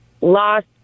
lost